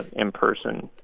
and in person.